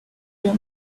your